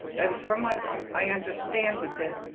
and from what i understand with this,